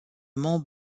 mont